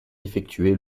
effectués